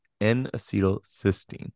N-acetylcysteine